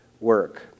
work